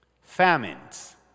Famines